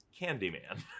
Candyman